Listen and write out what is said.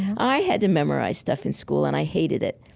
i had to memorize stuff in school and i hated it,